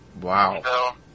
Wow